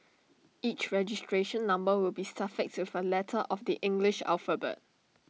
each registration number will be suffixed with A letter of the English alphabet